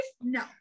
No